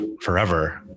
forever